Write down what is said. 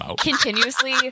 continuously